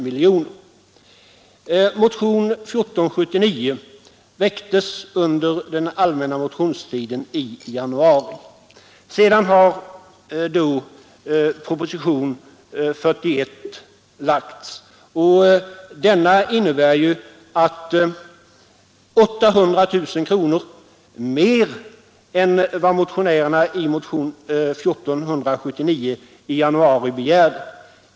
Motionen 1479 väcktes under den allmänna motionstiden i januari. Sedan dess har proposition nr 41 framlagts. Denna innebär ju 800 000 kronor mer än vad motionärerna i motion nr 1479 i januari begärde.